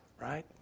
right